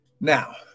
now